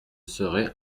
serai